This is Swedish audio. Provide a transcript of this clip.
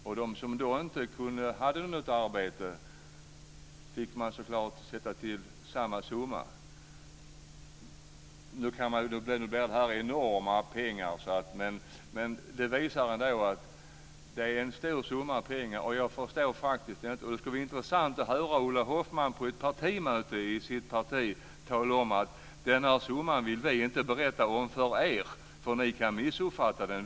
För dem som inte hade något arbete fick man så klart sätta in samma summa. Då blir det här enorma pengar. Det visar ändå att det är en stor summa pengar, och det skulle vara intressant att höra Ulla Hoffmann på ett partimöte i sitt parti tala om att denna summa vill vi inte berätta om för er för ni kan missuppfatta den.